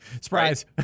surprise